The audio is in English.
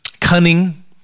cunning